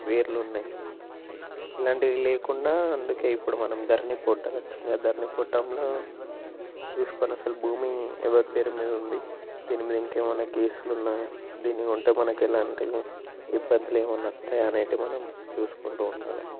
పేర్లున్నాయి ఇలాంటివి లేకుండా అందుకే ఇప్పుడు మనం ధరణీ పోర్టల్ వచ్చిందిగా ధరణీ పోర్టల్లో చూసుకొని అసలు భూమి ఎవరి పేరు మీద ఉంది దీని మీద ఇంకేమన్నా కేసులు ఉన్నాయా దీన్ని కొంటే మనకి ఎలాంటి ఇబ్బందులు ఏమన్నా వస్తాయి అనేటివి మనం చూసుకుంటూ ఉండాలి